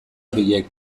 horiek